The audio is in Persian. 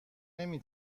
نمی